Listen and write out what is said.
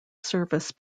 service